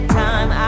time